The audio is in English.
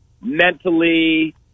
mentally